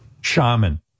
Shaman